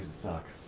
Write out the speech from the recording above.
succ